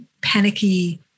panicky